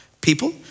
people